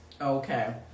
Okay